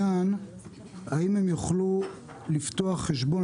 האם הן יוכלו לפתוח חשבון?